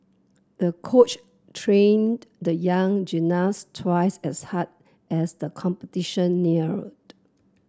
the coach trained the young gymnast twice as hard as the competition neared